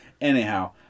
Anyhow